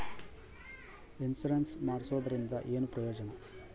Insurance ಮಾಡ್ಸೋದರಿಂದ ಏನು ಪ್ರಯೋಜನ?